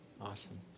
Awesome